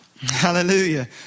Hallelujah